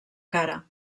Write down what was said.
cara